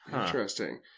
Interesting